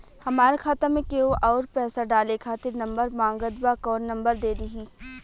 हमार खाता मे केहु आउर पैसा डाले खातिर नंबर मांगत् बा कौन नंबर दे दिही?